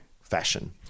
fashion